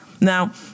Now